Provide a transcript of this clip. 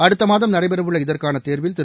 அடுத்த மாதம் நடைபெறவுள்ள இதற்கான தேர்வில் திரு